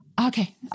Okay